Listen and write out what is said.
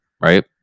right